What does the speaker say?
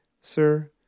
Sir